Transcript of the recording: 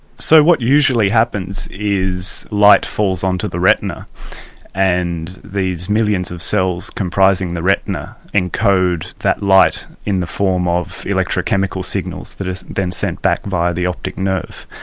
so what usually happens is light falls onto the retina and these millions of cells comprising the retina encode that light in the form of electrochemical signals that are then sent back via the optic nerve.